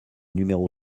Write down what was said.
numéro